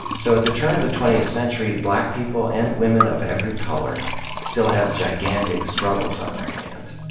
so at the turn of the twentieth century, black people and women of every color still have gigantic struggles on their hands.